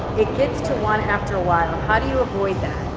it gets to one after a while. how do you avoid that?